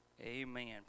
Amen